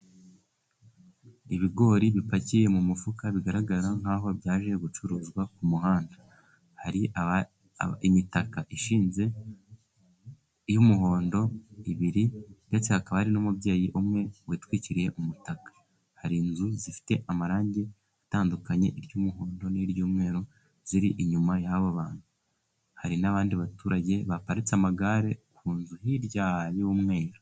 Ibigori bipakiye mu mufuka, bigaragara nk'aho byaje gucuruzwa ku muhanda, hari imitaka ishinze y'umuhondo ibiri, ndetse akaba ari n'umubyeyi umwe witwikiriye umutaka, hari inzu zifite amarangi atandukanye y'umuhondo n'iy'umweru ,ziri inyuma y'abo bantu hari n'abandi baturage baparitse amagare ku nzu hirya y'umweru.